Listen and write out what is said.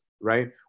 right